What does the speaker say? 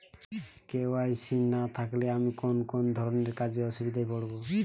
KYC না থাকলে আমি কোন কোন ধরনের কাজে অসুবিধায় পড়ব?